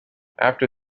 after